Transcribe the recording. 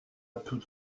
tout